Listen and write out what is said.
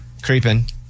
creeping